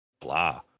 blah